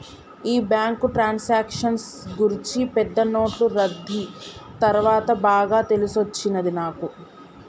ఈ బ్యాంకు ట్రాన్సాక్షన్ల గూర్చి పెద్ద నోట్లు రద్దీ తర్వాత బాగా తెలిసొచ్చినది నాకు